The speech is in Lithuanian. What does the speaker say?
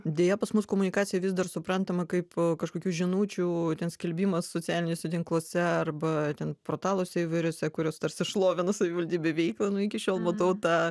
deja pas mus komunikacija vis dar suprantama kaip kažkokių žinučių ten skelbimas socialiniuose tinkluose arba ten portaluose įvairiuose kurios tarsi šlovina savivaldybių veiklą nu iki šiol matau tą